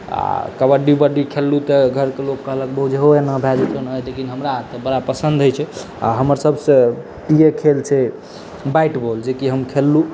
आ कबड्डी उबड्डी खेललहुँ तऽ घरके लोक कहलक जे एना भए जेतहु ओना भए जेतहु लेकिन बड़ा पसन्द होइत छै आ हमर सभसँ प्रिय खेल छै बैट बॉल जेकि हम खेललहुँ